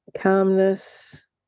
calmness